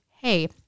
hey